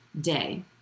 day